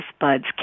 buds